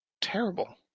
terrible